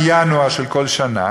בינואר של כל שנה,